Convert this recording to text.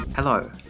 Hello